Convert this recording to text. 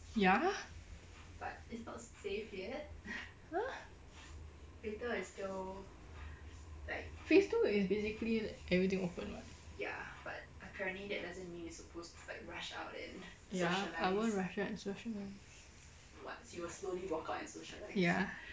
ya !huh! phase two is basically everything open [what] ya I won't rush out and socialise ya